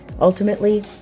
Ultimately